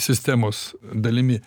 sistemos dalimi